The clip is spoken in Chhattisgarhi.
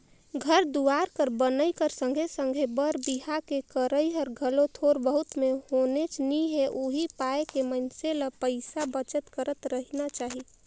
घर दुवार कर बनई कर संघे संघे बर बिहा के करई हर घलो थोर बहुत में होनेच नी हे उहीं पाय के मइनसे ल पइसा बचत करत रहिना चाही